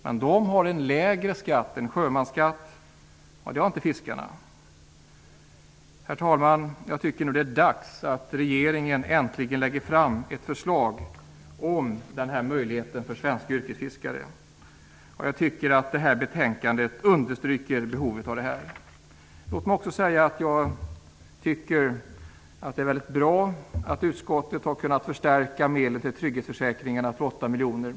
Men dessa har en lägre skatt -- en sjömansskatt -- och det har inte fiskarna. Herr talman! Jag tycker att det är dags för regeringen att äntligen lägga fram ett förslag om denna möjlighet för svenska yrkesfiskare. Jag tycker att betänkandet understryker behovet av det. Låt mig också säga att jag tycker att det är väldigt bra att utskottet har kunnat förstärka medlen i trygghetsförsäkringarna med 8 miljoner.